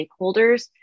stakeholders